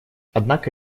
однако